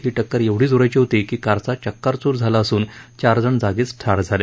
ही टक्कर एवढी जोराची होती की कारचा चक्काचूर झाला असून चारजण जागीच ठार झाले